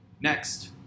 Next